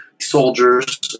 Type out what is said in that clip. Soldiers